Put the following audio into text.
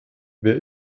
wer